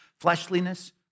fleshliness